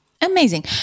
amazing